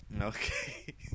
Okay